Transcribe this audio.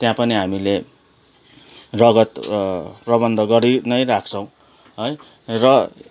त्यहाँ पनि हामीले रगत प्रबन्ध गरि नै रहेको छौँ है र